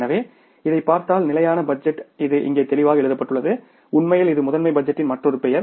எனவே இதைப் பார்த்தால் ஸ்டாடிக் பட்ஜெட் இது இங்கே தெளிவாக எழுதப்பட்டுள்ளது உண்மையில் இது முதன்மை பட்ஜெட்டின் மற்றொரு பெயர்